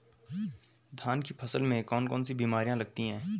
धान की फसल में कौन कौन सी बीमारियां लगती हैं?